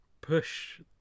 push